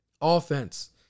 offense